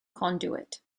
conduit